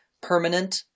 permanent